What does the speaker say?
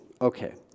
Okay